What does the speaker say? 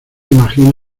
imaginas